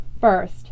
First